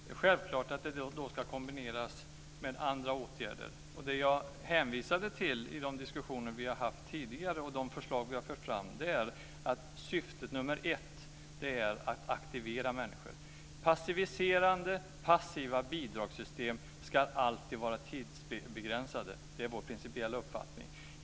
Fru talman! Det är självklart att detta ska kombineras med andra åtgärder. Det jag hänvisade till i de diskussioner vi har haft tidigare och de förslag vi har fört fram är att syfte nr 1 är att aktivera människor. Passiviserande och passiva bidragssystem ska alltid vara tidsbegränsade. Det är vår principiella uppfattning.